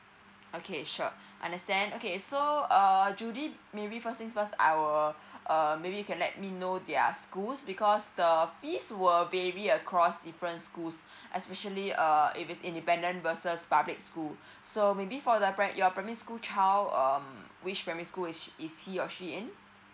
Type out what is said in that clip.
okay sure understand okay so err judy maybe first things first I will err maybe can let me know their schools because the fees were may be across different schools especially uh if it's independent versus public school so maybe for the pri~ your primary school child um which primary school is he or she in